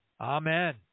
Amen